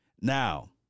Now